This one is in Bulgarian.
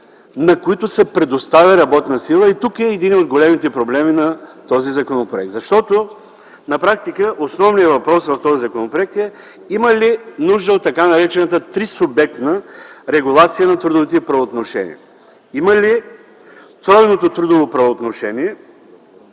на които се предоставя работна сила. И тук е един от големите проблеми на този законопроект. Защото на практика основният въпрос в този законопроект е има ли нужда от така наречената трисубектна регулация на трудовите правоотношения? Има ли тройното трудово правоотношение